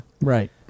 Right